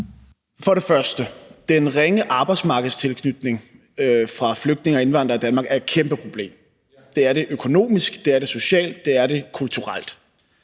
og fremmest: Den ringe arbejdsmarkedstilknytning blandt flygtninge og indvandrere i Danmark er et kæmpeproblem. Det er det økonomisk, det er det socialt, det er det kulturelt.